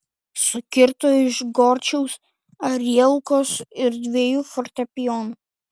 sukirto iš gorčiaus arielkos ir dviejų fortepijonų